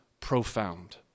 profound